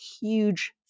huge